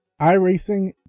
iRacing